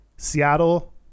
Seattle